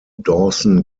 dawson